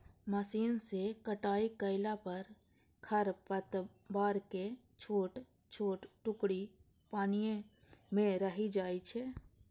machine सं कटाइ कयला पर खरपतवारक छोट छोट टुकड़ी पानिये मे रहि जाइ छै